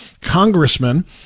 Congressman